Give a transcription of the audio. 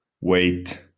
wait